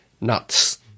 Nuts